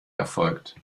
erfolgt